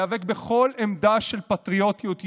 להיאבק בכל עמדה של פטריוטיות יהודית,